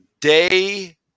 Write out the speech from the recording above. day